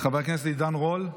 חבר הכנסת עידן רול,